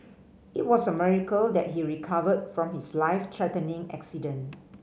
it was a miracle that he recovered from his life threatening accident